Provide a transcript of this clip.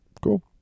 Cool